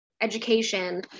education